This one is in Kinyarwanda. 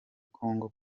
congo